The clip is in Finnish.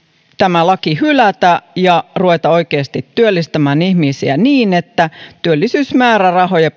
tämä laki pitäisi hylätä ja ruveta oikeasti työllistämään ihmisiä niin että työllisyysmäärärahoja